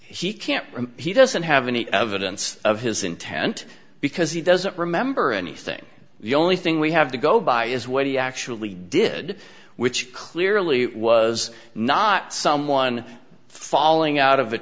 he can't he doesn't have any evidence of his intent because he doesn't remember anything the only thing we have to go by is what he actually did which clearly was not someone falling out of a